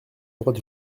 droite